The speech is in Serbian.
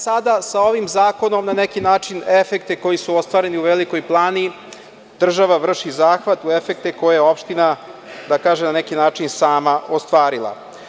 Sada sa ovim zakonom na neki način efekte koji su ostvareni u Velikoj Plani, dakle, država vrši zahvat u efekte koje je opština, da tako kažem, na neki način sama ostvarila.